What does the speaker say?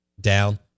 down